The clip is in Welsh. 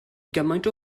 gymaint